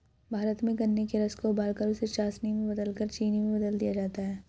भारत में गन्ने के रस को उबालकर उसे चासनी में बदलकर चीनी में बदल दिया जाता है